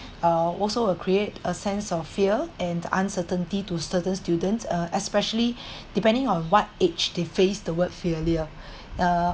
uh also will create a sense of fear and uncertainty to certain students uh especially depending on what age they face the word failure uh